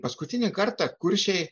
paskutinį kartą kuršiai